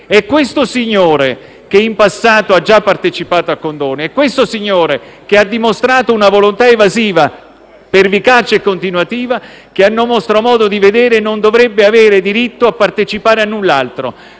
Questo signore, che in passato ha già partecipato a condoni, questo signore, che ha dimostrato una volontà evasiva pervicace e continuativa, a nostro modo di vedere non dovrebbe avere diritto a partecipare a null'altro,